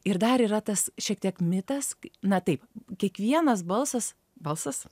ir dar yra tas šiek tiek mitas na taip kiekvienas balsas balsas